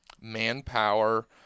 manpower